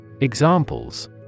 Examples